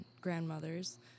grandmothers